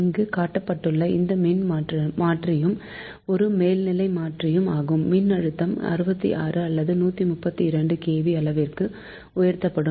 இங்கும் காட்டப்பட்டுள்ள இந்த மின்மாற்றியும் ஒரு மேல்நிலை மின்மாற்றி ஆகும் மின்னழுத்தம் 66 அல்லது 132 kV அளவிற்கு உயர்த்தப்படும்